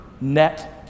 net